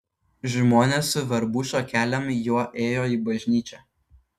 žmonės su verbų šakelėm juo ėjo į bažnyčią